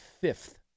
fifth